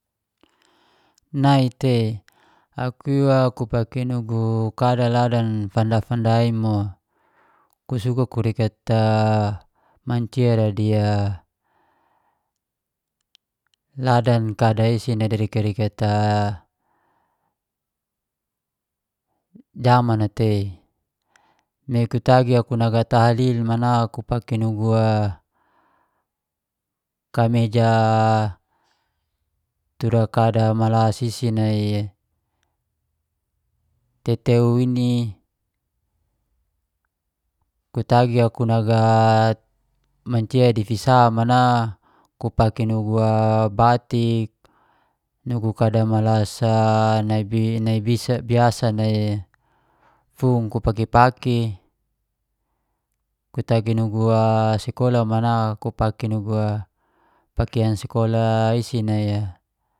Nai tei, aku iwa ku pake nugu kada ladan fanda-fanda imo. Ku suka kurikat mancia da di ladan kada si darikat-rikat zaman a tei. Me kutagi aku naga natahlil mana ku paki nugu a kameja tura a kada malas teteun ini. Kutagi aku naga mancia di fisa mana ku pake nugu a batik, nugu kada malas a nabi biasa nai fung kapaki- paki, kutagi nugu a sikola mana ku paki nugu pakiang sikola isi nai